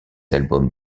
albums